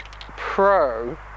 Pro